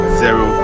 zero